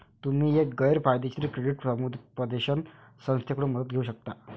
तुम्ही एक गैर फायदेशीर क्रेडिट समुपदेशन संस्थेकडून मदत घेऊ शकता